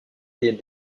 des